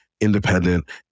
independent